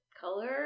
color